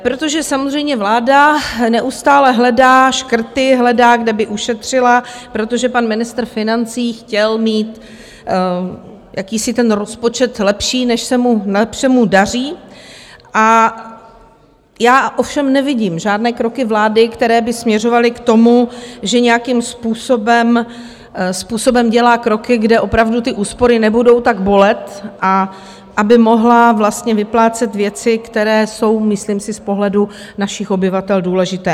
Protože samozřejmě vláda neustále hledá škrty, hledá, kde by ušetřila, protože pan ministr financí chtěl mít jakýsi ten rozpočet lepší, než se mu daří, a já ovšem nevidím žádné kroky vlády, které by směřovaly k tomu, že nějakým způsobem dělá kroky, kde opravdu ty úspory nebudou tak bolet, a aby mohla vlastně vyplácet věci, které jsou, myslím si, z pohledu našich obyvatel důležité.